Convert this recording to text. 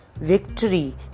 victory